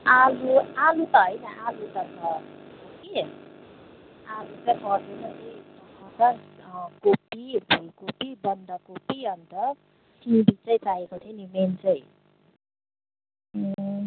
आलु आलु त होइन आलु त छ हो कि आलु चाहिँ पर्दैन कोपी फुलकोपी बन्दकोपी अनि त सिँबी चाहिँ चाहिएको थियो नि मेन चाहिँ